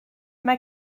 mae